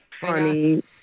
funny